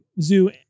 zoo